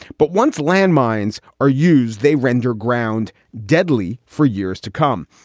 but once landmines are used, they render ground deadly for years to come.